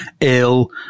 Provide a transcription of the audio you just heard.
ill